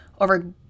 over